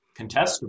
contestable